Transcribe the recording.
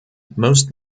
most